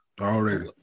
already